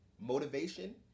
motivation